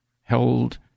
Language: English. held